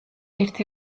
ერთ